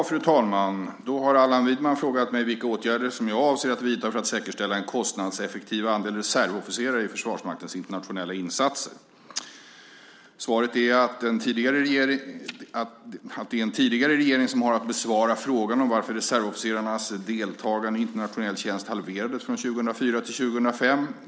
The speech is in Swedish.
Fru talman! Allan Widman har frågat mig vilka åtgärder som jag avser att vidta för att säkerställa en kostnadseffektiv andel reservofficerare i Försvarsmaktens internationella insatser. Svaret är att det är en tidigare regering som har att besvara frågan om varför reservofficerarnas deltagande i internationell tjänst halverades från 2004 till 2005.